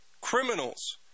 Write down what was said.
criminals